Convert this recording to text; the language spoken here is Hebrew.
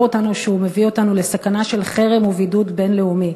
אותנו שהוא מביא אותנו לסכנה של חרם ובידוד בין-לאומי,